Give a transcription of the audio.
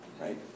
right